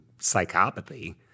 psychopathy